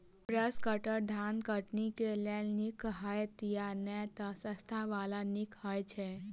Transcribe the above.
Brush cutter धान कटनी केँ लेल नीक हएत या नै तऽ सस्ता वला केँ नीक हय छै?